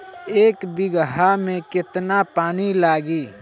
एक बिगहा में केतना पानी लागी?